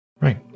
Right